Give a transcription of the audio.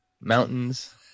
mountains